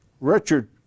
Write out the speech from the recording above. Richard